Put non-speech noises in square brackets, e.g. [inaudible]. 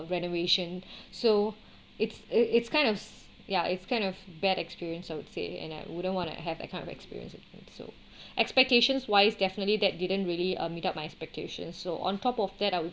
renovation so it's it's kind of ya it's kind of bad experience I would say and I wouldn't want to have that kind of experience again so [breath] expectations wise definitely that didn't really uh meet up my expectation so on top of that I would